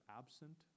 absent